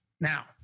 now